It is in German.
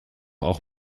auch